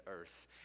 earth